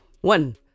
One